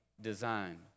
design